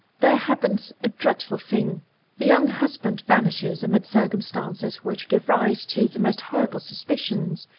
there happens a dreadful thing the young husband vanishes amid circumstances which give rise to the most horrible suspicious.